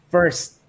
First